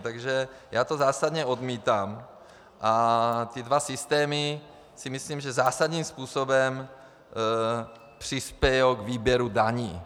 Takže já to zásadně odmítám a ty dva systémy si myslím, že zásadním způsobem přispějí k výběru daní.